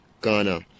Ghana